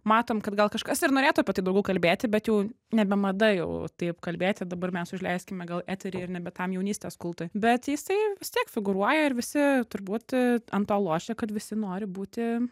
matom kad gal kažkas ir norėtų apie tai daugiau kalbėti bet jau nebe mada jau taip kalbėti dabar mes užleiskime gal eterį ir ne be tam jaunystės kultui bet jisai vistiek figūruoja ir visi turbūt ant to lošia kad visi nori būti